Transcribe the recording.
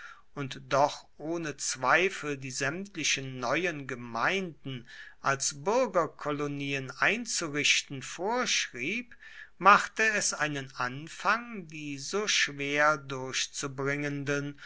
und doch ohne zweifel die sämtlichen neuen gemeinden als bürgerkolonien einzurichten vorschrieb machte es einen anfang die so schwer durchzubringenden